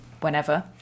whenever